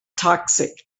toxic